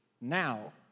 now